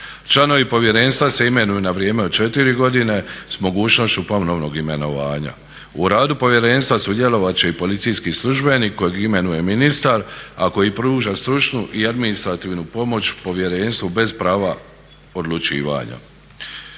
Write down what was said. Članovi Povjerenstva se imenuju na vrijeme od 4 godine s mogućnošću ponovnog imenovanja. U radu Povjerenstva sudjelovat će i policijski službenik kojeg imenuje ministar, a koji pruža stručnu i administrativnu pomoć u povjerenstvu bez prava odlučivanja.